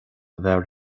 bheith